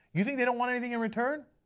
you think they don't want anything and return?